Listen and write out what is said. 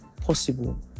possible